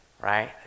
right